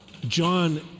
John